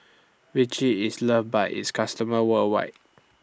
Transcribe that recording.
Vichy IS loved By its customers worldwide